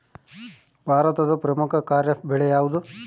ಭಾರತದ ಪ್ರಮುಖ ಖಾರೇಫ್ ಬೆಳೆ ಯಾವುದು?